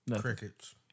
Crickets